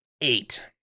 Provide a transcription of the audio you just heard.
Eight